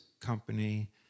company